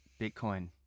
Bitcoin